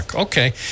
Okay